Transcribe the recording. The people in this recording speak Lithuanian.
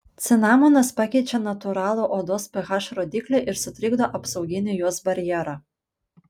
cinamonas pakeičia natūralų odos ph rodiklį ir sutrikdo apsauginį jos barjerą